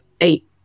eight